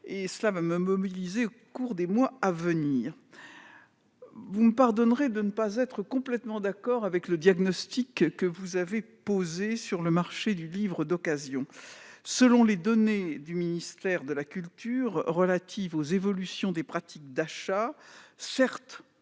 cela me mobilisera au cours des mois à venir. Vous me pardonnerez de ne pas être complètement d'accord avec le diagnostic que vous avez posé sur le marché du livre d'occasion. Selon les données du ministère de la culture relatives aux évolutions des pratiques d'achat, si